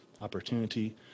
opportunity